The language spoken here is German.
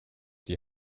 die